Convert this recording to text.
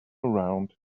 around